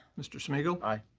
mr. smigiel. aye.